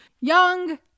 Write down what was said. Young